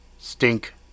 stink